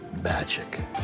Magic